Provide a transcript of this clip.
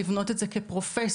לבנות את זה כפרופסיה,